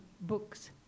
books